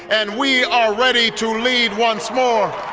and we are ready to lead once more.